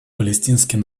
палестинский